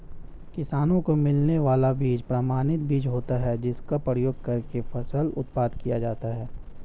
किसानों को मिलने वाला बीज प्रमाणित बीज होता है जिसका प्रयोग करके फसल उत्पादन किया जाता है